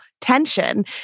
tension